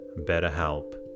BetterHelp